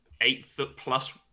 eight-foot-plus